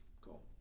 Cool